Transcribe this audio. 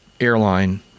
airline